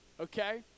okay